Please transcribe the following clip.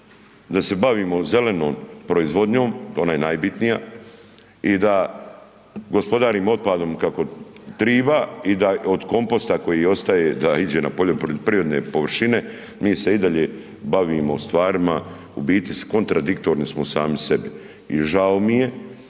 da se bavimo zelenom proizvodnjom, ona je najbitnija i da gospodarimo otpadom kako triba i da od komposta koji ostaje da iđe na poljoprivredne površine, mi se i dalje bavimo stvarima u biti s kontradiktorni smo sami sebi. I žao mi je